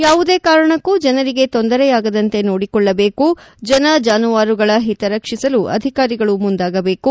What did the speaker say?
ಯಾವುದೇ ಕಾರಣಕ್ಕೂ ಜನರಿಗೆ ತೊಂದರೆಯಾಗದಂತೆ ನೋಡಿಕೊಳ್ಳಬೇಕು ಜನ ಜಾನುವಾರಗಳ ಹಿತ ರಕ್ಷಿಸಲು ಅಧಿಕಾರಿಗಳು ಮುಂದಾಗಬೇಕು